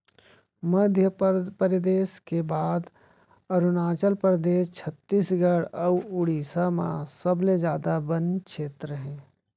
मध्यपरेदस के बाद अरूनाचल परदेस, छत्तीसगढ़ अउ उड़ीसा म सबले जादा बन छेत्र हे